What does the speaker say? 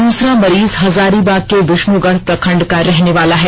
दूसरा मरीज हजारीबाग के विष्णुगढ़ प्रखंड का रहने वाला है